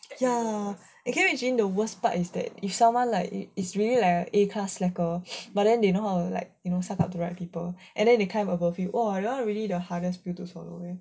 ya can u imagine the worst part is that if someone is like a a class slacker but then they know how to like suck up to the right people and then they climb over you !wah! that [one] really the hardest 不爽 [one]